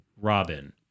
Robin